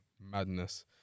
Madness